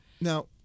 Now